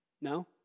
No